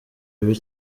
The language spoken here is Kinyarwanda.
bibi